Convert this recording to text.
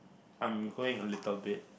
I'm growing a little bit